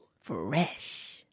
Fresh